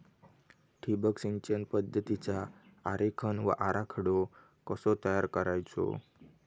ठिबक सिंचन पद्धतीचा आरेखन व आराखडो कसो तयार करायचो?